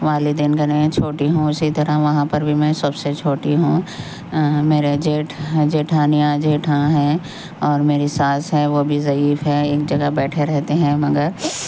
والدین کے یہاں چھوٹی ہوں اسی طرح وہاں پر بھی سب سے چھوٹی ہوں میرے جیٹھ جیٹھانیاں جیٹھاں ہیں اور میری ساس ہے وہ بھی ضعیف ہے ایک جگہ بیٹھے رہتے ہیں مگر